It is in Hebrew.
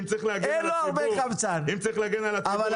אם צריך להגן על הציבור אני אשמח גם --- די,